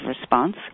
response